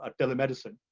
ah telemedicine.